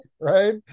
right